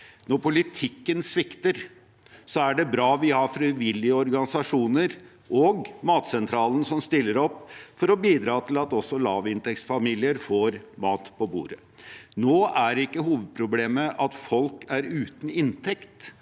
Når politikken svikter, er det bra vi har frivillige organisasjoner og Matsentralen som stiller opp for å bidra til at også lavinntektsfamilier får mat på bordet. Nå er ikke hovedproblemet at folk er uten inntekt,